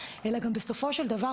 אלא גם בסופו של דבר,